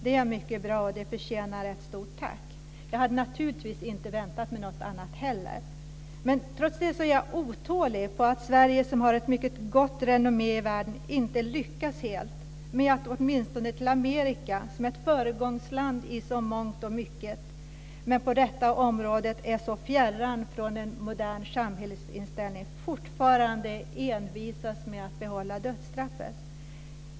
Det är mycket bra, och det förtjänar ett stort tack. Jag hade naturligtvis inte väntat mig något annat heller. Men trots det är jag otålig, eftersom Sverige som har ett mycket gott renommé i världen inte har lyckats helt när det gäller Amerika. Amerika är ett föregångsland i mångt och mycket, men på detta område är det så fjärran från en modern samhällsinställning. Man envisas fortfarande med att behålla dödsstraffet.